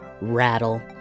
rattle